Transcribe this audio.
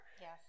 yes